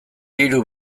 hiru